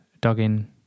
dug-in